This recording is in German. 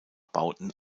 bauten